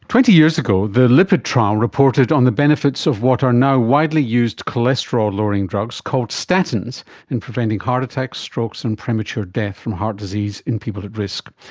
twenty years ago the lipid trial reported on the benefits of what are now widely used cholesterol-lowering drugs called statins in preventing heart attacks, strokes and premature death from heart disease in people at risk.